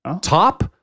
top